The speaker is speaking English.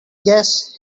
guess